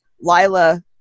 Lila